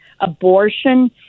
abortion